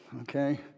okay